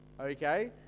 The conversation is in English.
okay